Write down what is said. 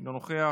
אינו נוכח,